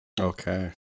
Okay